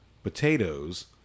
potatoes